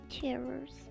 terrors